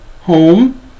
home